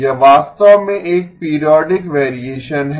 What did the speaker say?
यह वास्तव में एक पीरियोडिक वेरिएशन है